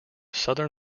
southern